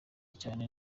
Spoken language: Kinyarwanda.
cyane